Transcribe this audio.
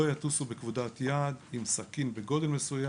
לא יטוסו בכבודת יד עם סכין בגודל מסוים,